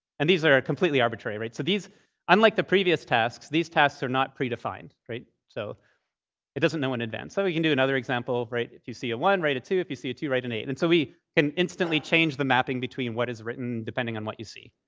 and these are completely arbitrary, right? so unlike the previous tasks, these tasks are not predefined, right? so it doesn't know in advance. so we can do another example. if you see a one, write a two. if you see a two, write an eight. and so we can instantly change the mapping between what is written depending on what you see.